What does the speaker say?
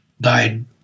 died